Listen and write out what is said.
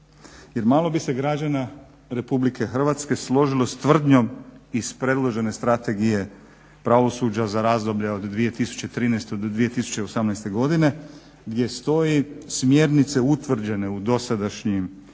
Jer malo bi se građana Republike Hrvatske složilo s tvrdnjom iz predložene Strategije pravosuđa za razdoblje 2013.-2018. godine gdje stoji smjernice utvrđene u dosadašnjim